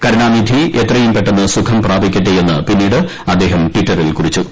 കരുണാനിധി എത്രയുംപെട്ടെന്ന് സുഖംപ്രാപിക്കട്ടെ എന്ന് പിന്നീട് അദ്ദേഹം ട്വിറ്ററിൽ കുറിച്ചു